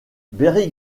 berry